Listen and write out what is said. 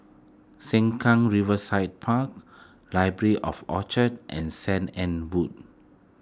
Sengkang Riverside Park Library at Orchard and Saint Anne's Wood